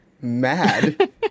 mad